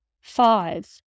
Five